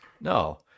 No